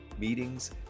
meetings